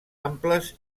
amples